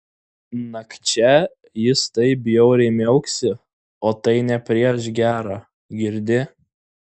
nakčia jis taip bjauriai miauksi o tai ne prieš gera girdi